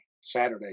Saturday